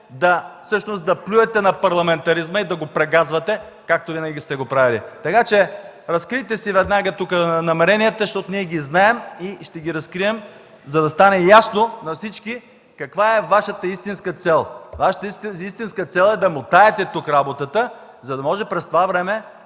да плюете на парламентаризма и да го прегазвате, както винаги сте го правили. Разкрийте си веднага тук намеренията, защото ние ги знаем и ще ги разкрием, за да стане ясно на всички каква е Вашата истинска цел. Тя е да мотаете тук работата, за да може през това време